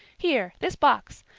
here this box.